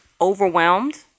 overwhelmed